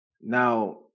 Now